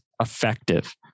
effective